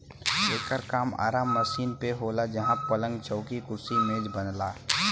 एकर काम आरा मशीन पे होला जहां पलंग, चौकी, कुर्सी मेज बनला